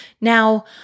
Now